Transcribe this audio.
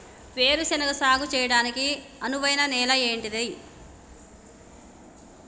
వేరు శనగ సాగు చేయడానికి అనువైన నేల ఏంటిది?